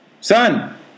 Son